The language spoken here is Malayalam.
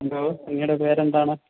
എന്തോ അങ്ങയുടെ പേരെന്താണ്